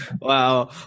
Wow